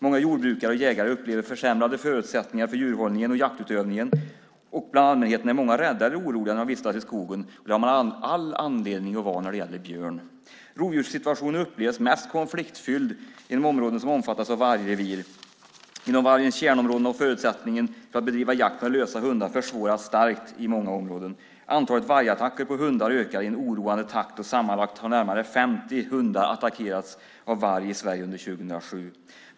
Många jordbrukare och jägare upplever försämrade förutsättningar för djurhållningen och jaktutövningen, och bland allmänheten är många rädda eller oroliga när de vistas i skogen. Det har man all anledning att vara när det gäller björn. Rovdjurssituationen upplevs mest konfliktfylld i de områden som omfattas av vargrevir inom vargens kärnområden. Förutsättningen att bedriva jakt med lösa hundar försvåras starkt i många områden. Antalet vargattacker på hundar ökar i en oroande takt. Sammanlagt har närmare 50 hundar attackerats av varg i Sverige under 2007.